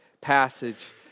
passage